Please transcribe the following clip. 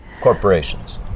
Corporations